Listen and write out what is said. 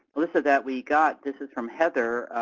alyssa, that we got, this is from heather.